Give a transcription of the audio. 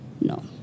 No